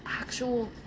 actual